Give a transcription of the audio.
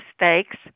mistakes